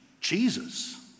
Jesus